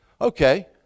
okay